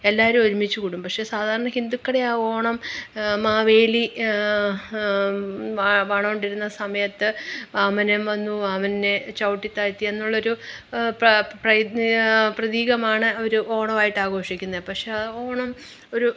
എല്ലാവരും ഒരുമിച്ച് കൂടും പക്ഷേ സാധാരണ ഹിന്ദുക്കളയാണ് ഓണം മാവേലി വാ വാണു കൊണ്ടിരുന്ന സമയത്ത് വാമനൻ വന്നു വാമനനെ ചവിട്ടി താഴ്ത്തി എന്നുള്ളൊരു പ പ്രൈ പ്രതീകമാണ് അവർ ഓണമായിട്ട് ആഘോഷിക്കുന്നത് പക്ഷേ ആ ഓണം ഒരു